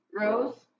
Rose